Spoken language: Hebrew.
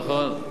נכון.